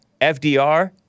FDR